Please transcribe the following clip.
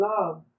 love